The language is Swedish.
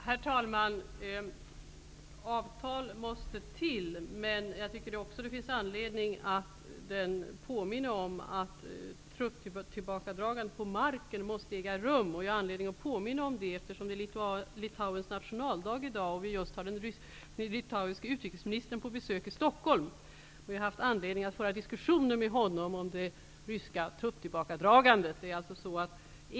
Herr talman! Avtal måste till, men jag tycker också att det finns anledning att påminna om att trupptillbakadragande på marken måste äga rum. Det finns anledning att påminna om det, eftersom det är Litauens nationaldag i dag och vi har den liatuiske utrikesministern i Stockholm. Vi har haft anledning att föra diskussioner med honom om det ryska trupptillbakadragandet.